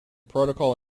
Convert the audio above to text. protocol